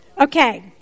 Okay